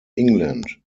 england